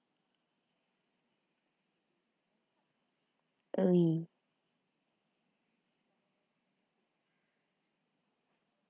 early